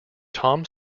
tom